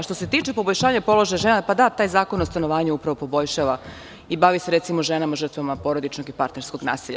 Što se tiče poboljšanja položaja žena, da, taj Zakon o stanovanju upravo poboljšava i bavi se, recimo, ženama žrtvama porodičnog i parterskog nasilja.